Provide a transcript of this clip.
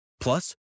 Plus